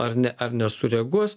ar ne ar nesureaguos